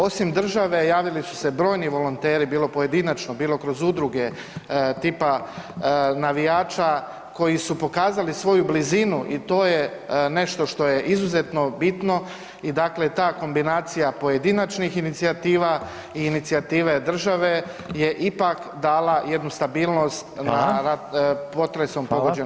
Osim države javili su se brojni volonteri bilo pojedinačno, bilo kroz udruge, tipa navijača koji su pokazali svoju blizinu i to je nešto što je izuzetno bitno i dakle ta kombinacija pojedinačnih inicijativa i inicijative države je ipak dala jednu stabilnost na potresom pogođeno područje.